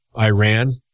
Iran